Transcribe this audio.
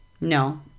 No